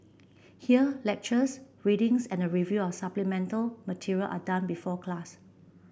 here lectures readings and the review of supplemental material are done before class